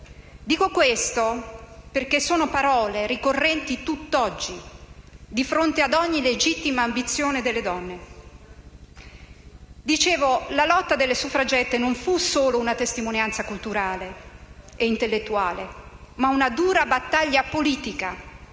Dico ciò perché sono parole ricorrenti tutt'oggi, di fronte ad ogni legittima ambizione delle donne. Dicevo, la lotta delle suffragette non fu solo una testimonianza culturale e intellettuale, ma una dura battaglia politica,